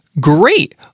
great